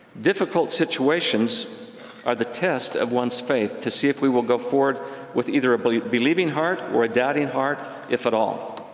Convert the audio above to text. difficult situations are the test of one's faith, to see if we will go forward with either a but believing heart or a doubting heart, if at all.